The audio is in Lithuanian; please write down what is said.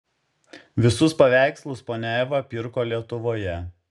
visus paveikslus ponia eva pirko lietuvoje